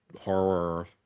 horror